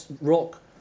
rock